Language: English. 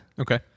Okay